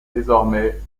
désormais